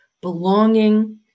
belonging